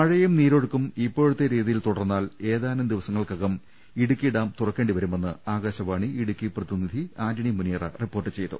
മഴയും നീരൊഴുക്കും ഇപ്പോഴത്തെ രീതിയിൽ തുടർന്നാൽ ഏതാനും ദിവസങ്ങൾക്ക കം ഇടുക്കി ഡാം തുറക്കേണ്ടി വരുമെന്ന് ആകാശവാണി ഇടുക്കി പ്രതിനിധി ആന്റണി മുനിയറ റിപ്പോർട്ട് ചെയ്തു